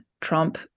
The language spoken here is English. Trump